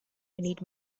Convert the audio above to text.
need